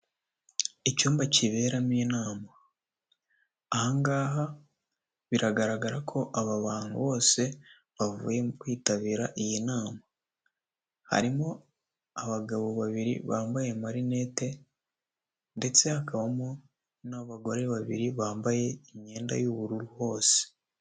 Icyumba cyibe ramo inama ahangaha biragaragara hose